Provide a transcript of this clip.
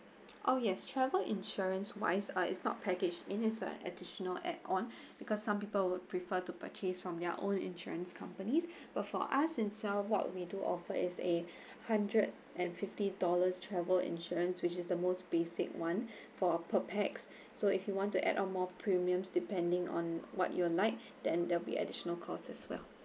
oh yes travel insurance wise uh it's not packaged in its like additional add on because some people would prefer to purchase from their own insurance companies but for us in self what we do offer is a hundred and fifty dollars travel insurance which is the most basic [one] for per pax so if you want to add on more premiums depending on what you are like then there will be additional cost as well